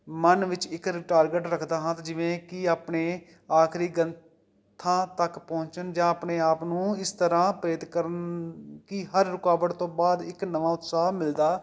ਮਨ ਵਿੱਚ ਇੱਕ ਟਾਰਗੇਟ ਰੱਖਦਾ ਹਾਂ ਤਾਂ ਜਿਵੇਂ ਕਿ ਆਪਣੇ ਆਖਰੀ ਗੰਥਾਂ ਤੱਕ ਪਹੁੰਚਣ ਜਾਂ ਆਪਣੇ ਆਪ ਨੂੰ ਇਸ ਤਰ੍ਹਾਂ ਪ੍ਰੇਰਿਤ ਕਰਨ ਕਿ ਹਰ ਰੁਕਾਵਟ ਤੋਂ ਬਾਅਦ ਇੱਕ ਨਵਾਂ ਉਤਸ਼ਾਹ ਮਿਲਦਾ